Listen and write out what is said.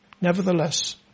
nevertheless